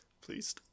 Please